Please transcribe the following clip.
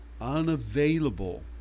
unavailable